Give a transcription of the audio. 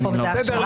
בנוסף,